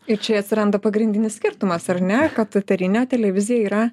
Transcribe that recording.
ir čia atsiranda pagrindinis skirtumas ar ne kad eterinė televizija yra